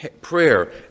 prayer